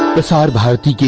decide but to